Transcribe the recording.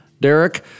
Derek